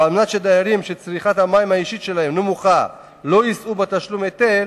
על מנת שדיירים שצריכת המים האישית שלהם נמוכה לא יישאו בתשלום היטל